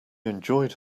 enjoyed